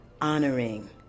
honoring